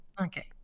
Okay